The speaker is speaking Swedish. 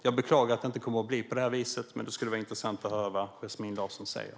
Jag beklagar att det inte kommer att bli på det viset. Men det skulle vara intressant att höra vad Yasmine Larsson säger.